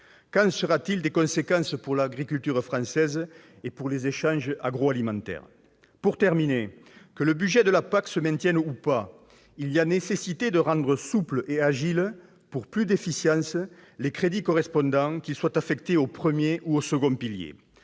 en seront les conséquences pour l'agriculture française et pour les échanges agroalimentaires ? Mes chers collègues, que le budget de la PAC se maintienne ou non, il y a nécessité de rendre souples et agiles les crédits correspondants, qu'ils soient affectés au premier ou au second pilier,